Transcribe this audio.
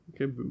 Okay